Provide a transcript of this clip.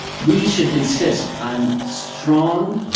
we should insist on strong,